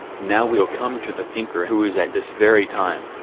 now we'll come to the thinker who is at this very time,